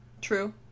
True